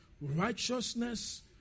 righteousness